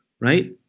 right